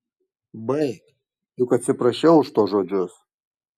baik juk atsiprašiau už tuos žodžius